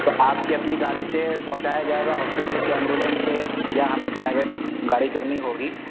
تو آپ کی اپنی گاڑی سے پہنچایا جائے گا ہاسپٹل کے ایمبولینس سے یا ہمیں پرائیوٹ گاڑی کرنی ہوگی